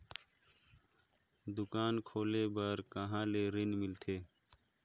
दुकान खोले बार कहा ले ऋण मिलथे?